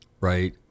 right